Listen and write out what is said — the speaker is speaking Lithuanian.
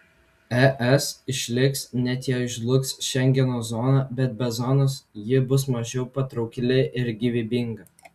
es išliks net jei žlugs šengeno zona bet be zonos ji bus mažiau patraukli ir gyvybinga